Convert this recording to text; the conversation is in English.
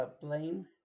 blame